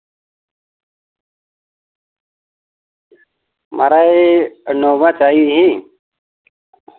म्हाराज इनोवा चाहिदी